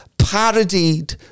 parodied